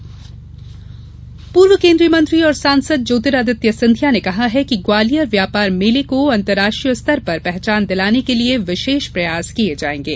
व्यापार मेला पूर्व केन्द्रीय मंत्री और सांसद ज्योतिरादित्य सिंधिया ने कहा है कि ग्वालियर व्यापार मेले को अंतरराष्ट्रीय स्तर पर पहचान दिलाने के लिए विशेष प्रयास किये जायेंगे